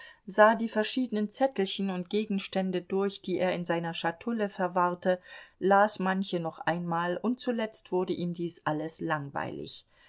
sah die verschiedenen zettelchen und gegenstände durch die er in seiner schatulle verwahrte las manche noch einmal und zuletzt wurde ihm dies alles langweilig